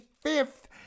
fifth